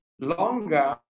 longer